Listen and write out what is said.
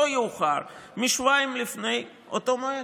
לא יאוחר משבועיים לפני אותו מועד".